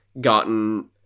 gotten